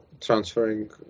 transferring